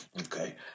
Okay